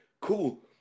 cool